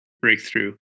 breakthrough